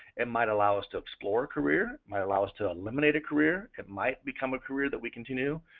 and might allow us to explore career, might allow us to eliminate a career, it might become a career that we continue.